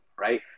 Right